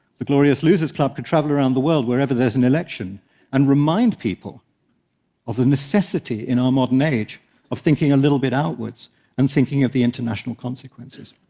the glorious loser's club, could travel around the world wherever there's an election and remind people of the necessity in our modern age of thinking a little bit outwards and thinking of the international consequences.